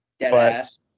Deadass